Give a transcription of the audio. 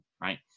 right